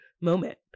moment